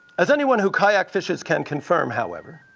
as anyone who kayak fishes can confirm however